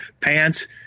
pants